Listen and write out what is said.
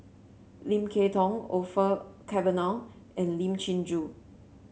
Lim Kay Tong Orfeur Cavenagh and Lim Chin Joo